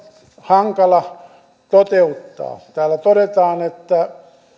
hankala toteuttaa täällä todetaan että